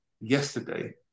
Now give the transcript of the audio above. yesterday